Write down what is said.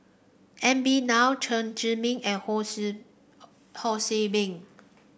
N B Rao Chen Zhiming and Ho Ho See Beng